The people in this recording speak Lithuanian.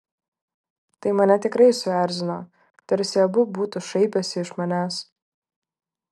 tai mane tikrai suerzino tarsi abu būtų šaipęsi iš manęs